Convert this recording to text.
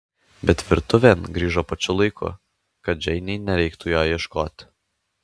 bet virtuvėn grįžo pačiu laiku kad džeinei nereiktų jo ieškoti